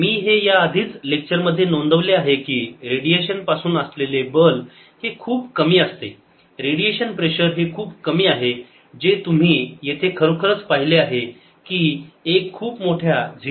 मी हे या आधीच लेक्चर मध्ये नोंदवले आहे की रेडिएशन पासून असलेले बल हे खूप कमी असते रेडिएशन प्रेशर हे खूप कमी आहे जे तुम्ही येथे खरोखरच पाहिले आहे की एक खूप मोठ्या 0